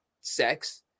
sex